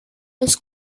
los